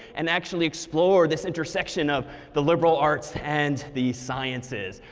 and actually explore this intersection of the liberal arts and the sciences.